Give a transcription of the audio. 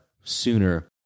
sooner